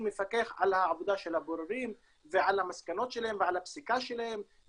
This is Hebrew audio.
מפקח על העבודה של הבוררים ועל המסקנות שלהם ועל הפסיקה שלהם.